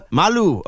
malu